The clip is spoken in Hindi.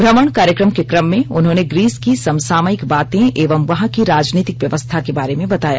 भ्रमण कार्यक्रम के क्रम में उन्होंने ग्रीस की समसामयिक बातें एवं वहां की राजनीतिक व्यवस्था के बारे में बताया